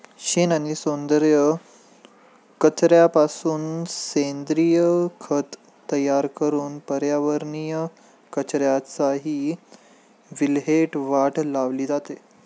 शेण आणि सेंद्रिय कचऱ्यापासून सेंद्रिय खत तयार करून पर्यावरणीय कचऱ्याचीही विल्हेवाट लावली जाते